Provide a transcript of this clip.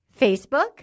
Facebook